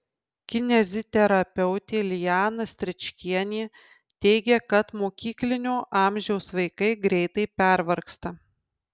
kineziterapeutė liana stričkienė teigia kad mokyklinio amžiaus vaikai greitai pervargsta